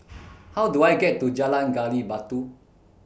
How Do I get to Jalan Gali Batu